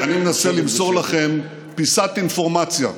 אני מנסה למסור לכם פיסת אינפורמציה,